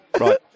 Right